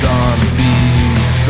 Zombies